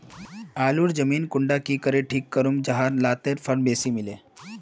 आलूर जमीन कुंडा की करे ठीक करूम जाहा लात्तिर फल बेसी मिले?